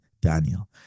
daniel